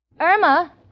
Irma